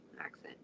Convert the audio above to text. accent